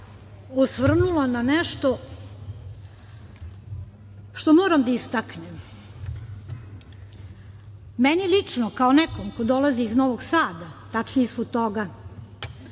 osvrnula na nešto što moram da istaknem. Meni lično, kao nekome ko dolazi iz Novog Sada, tačnije iz Futoga